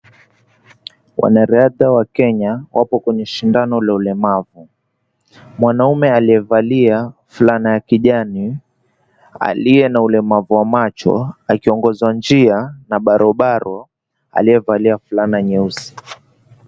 Wanariadha wa Kenya wapo kwenye shindano la ulemavu. Mwanaume aliyevalia fulana ya kijani aliye na ulemavu wa macho akiongozwa njia na barobaro aliyevalia fulana nyeusi.